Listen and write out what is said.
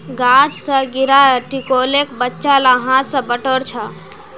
गाछ स गिरा टिकोलेक बच्चा ला हाथ स बटोर छ